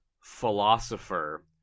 philosopher